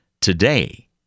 today